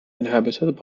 inhabited